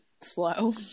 slow